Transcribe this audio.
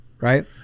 Right